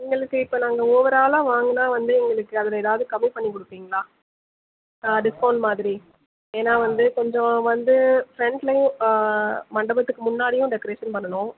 உங்களுக்கு இப்போ நாங்கள் ஓவராலாக வாங்கினா வந்து எங்களுக்கு அதில் எதாவது கம்மிப்பண்ணி கொடுப்பீங்களா ஆ டிஸ்கவுண்ட் மாதிரி ஏன்னா வந்து கொஞ்சம் வந்து ஃப்ரெண்ட்டில் ஆ மண்டபத்துக்கு முன்னாடியும் டெக்ரேஷன் பண்ணணும்